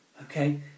okay